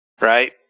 right